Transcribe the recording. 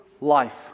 life